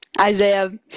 Isaiah